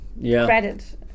credit